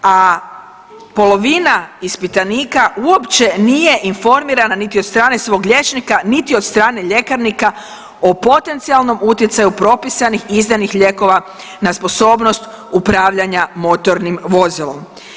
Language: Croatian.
A polovina ispitanika uopće nije informirana niti od strane svog liječnika, niti od strane ljekarnika o potencijalnom utjecaju propisanih izdanih lijekova na sposobnost upravljanja motornim vozilom.